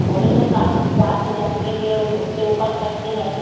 بولے تو ساتھ ساٹھ ہزار سے لے کے اس کے اوپر تک کی ہے